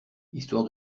histoire